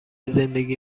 زندگی